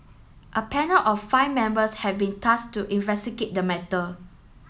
a panel of five members have been tasked to investigate the matter